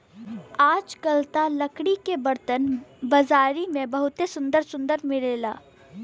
आजकल त लकड़ी के बरतन बाजारी में बहुते सुंदर सुंदर मिलेला